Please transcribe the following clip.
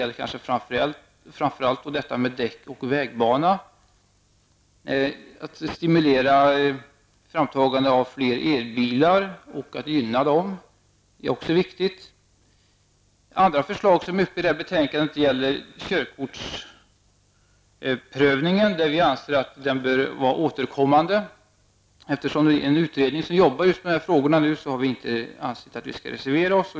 Det gäller framför allt detta med däck och vägbana. Vi vill stimulera ett framtagande av fler elbilar och gynna dem. Det är också viktigt. Ett annat förslag som tas upp i detta betänkande gäller körkortsprövningen. Miljöpartiet anser att den bör vara återkommande. Eftersom en utredning just nu arbetar med dessa frågor, har vi avstått ifrån att reservera oss.